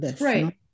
Right